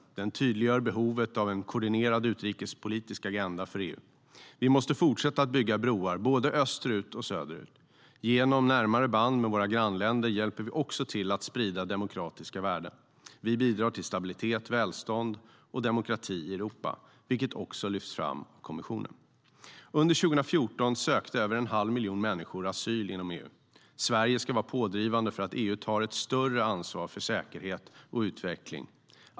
Den tydliggör behovet av en koordinerad utrikespolitisk agenda för EU. Vi måste fortsätta att bygga broar både österut och söderut. Genom närmare band med våra grannländer hjälper vi också till att sprida demokratiska värden. Vi bidrar till stabilitet, välstånd och demokrati i Europa, vilket också lyfts fram av kommissionen. Under 2014 sökte över en halv miljon människor asyl inom EU. Sverige ska vara pådrivande för att EU tar ett större ansvar för säkerhet och utveckling.